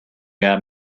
got